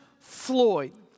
Floyd